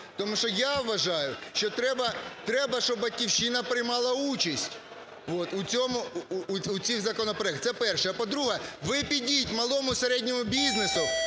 Тому що я вважаю, що треба, треба, щоб "Батьківщина" приймала участь от у цьому, у цих законопроектах. Це перше. А по-друге, ви підіть малому, середньому бізнесу,